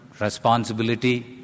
responsibility